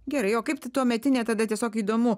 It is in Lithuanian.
gerai o kaip tuometinė tada tiesiog įdomu